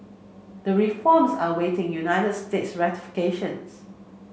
the reforms are awaiting United States ratifications